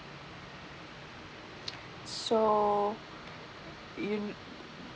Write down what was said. so you